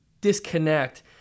disconnect